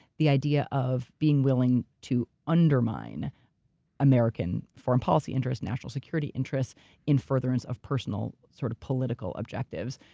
the idea of being willing to undermine american foreign policy interest, national security interests in furtherance of personal sort of political objectives,